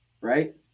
right